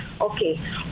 Okay